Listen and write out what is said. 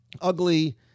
Ugly